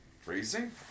Freezing